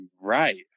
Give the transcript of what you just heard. Right